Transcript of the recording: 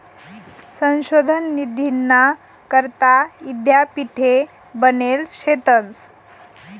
संशोधन निधीना करता यीद्यापीठे बनेल शेतंस